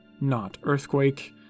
not-earthquake